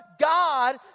God